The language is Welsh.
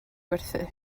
werthu